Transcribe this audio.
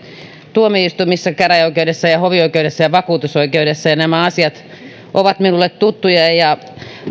tuomioistuimissa käräjäoikeudessa hovioikeudessa ja vakuutusoikeudessa ja nämä asiat ovat minulle tuttuja ja ja